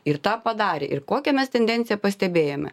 ir tą padarė ir kokią mes tendenciją pastebėjome